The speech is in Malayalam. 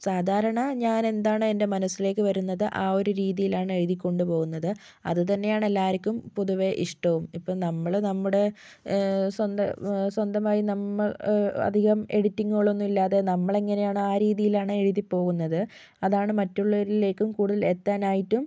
സാധാരണ ഞാൻ എന്താണ് എൻ്റെ മനസ്സിലേക്ക് വരുന്നത് ആ ഒരു രീതിയിലാണ് എഴുതിക്കൊണ്ട് പോകുന്നത് അത് തന്നെ ആണ് എല്ലാവർക്കും പൊതുവെ ഇഷ്ടവും ഇപ്പോൾ നമ്മൾ നമ്മുടെ സ്വന്ത സ്വന്തമായി നമ്മൾ അധികം എഡിറ്റിങ്ങുകളൊന്നുമില്ലാതെ നമ്മളെങ്ങനെയാണോ ആ രീതിയിലാണ് എഴുതി പോകുന്നത് അതാണ് മറ്റുള്ളവരിലേക്കും കൂടുതൽ എത്താനായിട്ടും